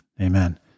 Amen